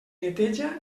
neteja